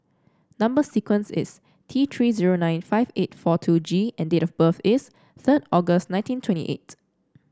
number sequence is T Three zero nine five eight four two G and date of birth is third August nineteen twenty eight